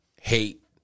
hate